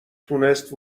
تونست